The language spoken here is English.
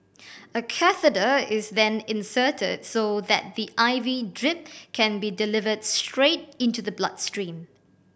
a catheter is then inserted so that the I V drip can be delivered straight into the blood stream